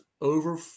over